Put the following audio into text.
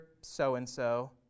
so-and-so